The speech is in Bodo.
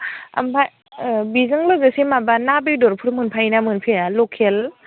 ओमफ्राय बेजों लोगोसे माबा ना बेदरफोर मोनफायोना मोनफाया लकेल